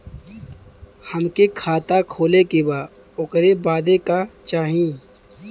हमके खाता खोले के बा ओकरे बादे का चाही?